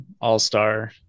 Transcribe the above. All-Star